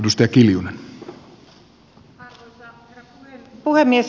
arvoisa herra puhemies